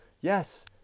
Yes